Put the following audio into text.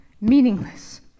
meaningless